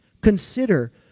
Consider